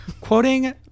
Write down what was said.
Quoting